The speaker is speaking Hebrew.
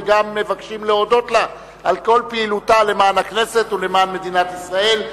וגם מבקשים להודות לה על כל פעילותה למען הכנסת ולמען מדינת ישראל.